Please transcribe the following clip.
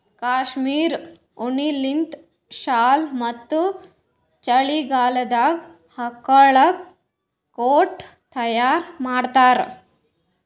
cashmere ಉಣ್ಣಿಲಿಂತ್ shawl ಮತ್ತ್ ಚಳಿಗಾಲದಾಗ್ ಹಾಕೊಳ್ಳ ಕೋಟ್ ತಯಾರ್ ಮಾಡ್ತಾರ್